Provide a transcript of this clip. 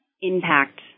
impact